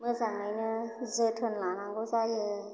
मोजाङैनो जोथोन लानांगौ जायो